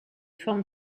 formes